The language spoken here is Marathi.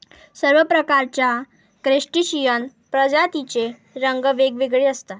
सर्व प्रकारच्या क्रस्टेशियन प्रजातींचे रंग वेगवेगळे असतात